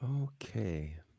Okay